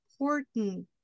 important